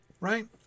right